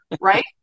right